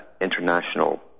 International